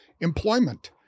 employment